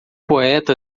poeta